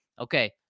Okay